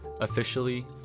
officially